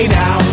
now